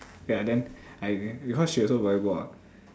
ya then I because she also very bored